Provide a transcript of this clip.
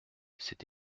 c’est